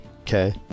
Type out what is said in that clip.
okay